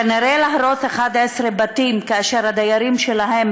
כנראה שלהרוס 11 בתים כאשר הדיירים שלהם